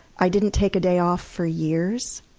i didn't take a day off for years,